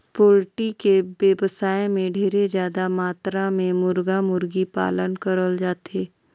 poultry के बेवसाय में ढेरे जादा मातरा में मुरगा, मुरगी पालन करल जाथे